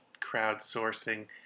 crowdsourcing